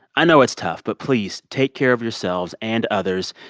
i know it's tough. but please take care of yourselves and others.